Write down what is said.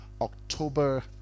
October